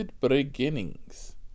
beginnings